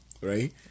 right